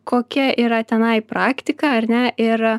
kokia yra tenai praktika ar ne ir